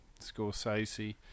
Scorsese